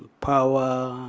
power,